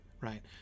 Right